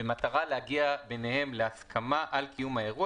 במטרה להגיע ביניהם להסכמה על קיום האירוע